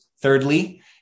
thirdly